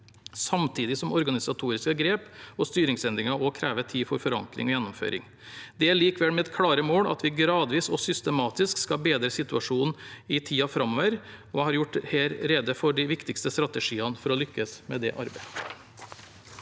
samtidig som organisatoriske grep og styringsendringer også krever tid for forankring og gjennomføring. Det er likevel mitt klare mål at vi gradvis og systematisk skal bedre situasjonen i tiden framover. Jeg har her gjort rede for de viktigste strategiene for å lykkes med det arbeidet.